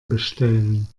bestellen